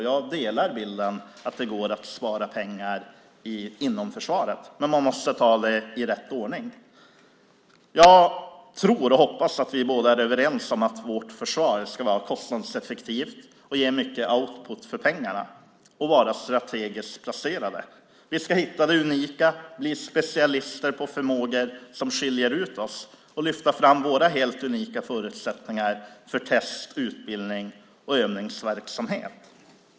Jag delar bilden att det går att spara pengar inom försvaret, men man måste ta det i rätt ordning. Jag tror och hoppas att vi båda är överens om att vårt försvar ska vara kostnadseffektivt, ge mycket output för pengarna och vara strategiskt placerat. Vi ska hitta det unika, bli specialister på förmågor som skiljer ut oss och lyfta fram våra helt unika förutsättningar för test, utbildning och övningsverksamhet.